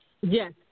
Yes